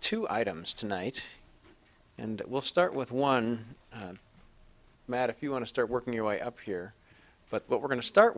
two items tonight and we'll start with one matt if you want to start working your way up here but we're going to start